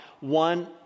one